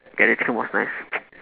yeah that chicken was nice